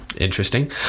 interesting